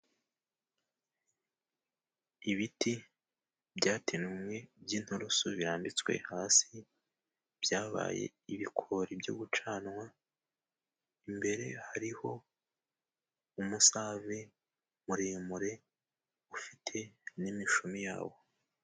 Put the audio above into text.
Ibiti byatemwe by' inturusu birambitswe hasi, byabaye ibikori byo gucanwa. Imbere hariho umusave muremure ufite n'imishumi yawo.